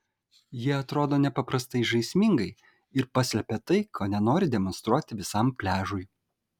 jie atrodo nepaprastai žaismingai ir paslepia tai ko nenori demonstruoti visam pliažui